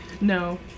No